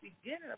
beginning